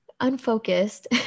unfocused